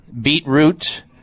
beetroot